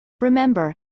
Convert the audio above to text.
Remember